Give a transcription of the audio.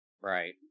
Right